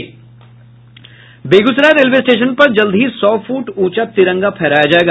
Begusarai railway station पर जल्द ही सौ फुट ऊंचा तिरंगा फहराया जायेगा